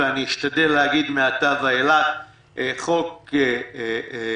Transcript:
ואני אשתדל להגיד מעתה ואילך "חוק ישראלי".